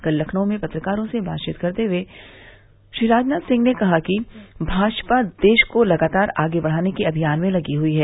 कल लखनऊ में पत्रकारों से बातचीत करते हुए राजनाथ सिंह ने कहा कि भाजपा देश को लगातार आगे बढ़ाने के अभियान में लगी हुई है